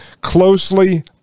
closely